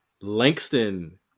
Langston